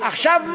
עכשיו,